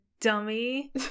dummy